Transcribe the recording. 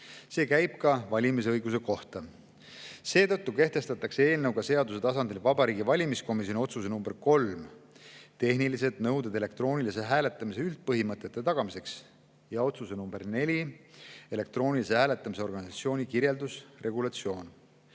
See käib ka valimisõiguse kohta. Seetõttu kehtestatakse eelnõuga seaduse tasandil Vabariigi Valimiskomisjoni [25.01.2021] otsuse nr 3 "Tehnilised nõuded elektroonilise hääletamise üldpõhimõtete tagamiseks" ja [03.02.2021] otsuse nr 4 "Elektroonilise hääletamise organisatsiooni kirjeldus" regulatsioon. Loobutud